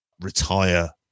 retire